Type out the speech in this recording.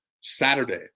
Saturday